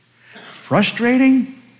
Frustrating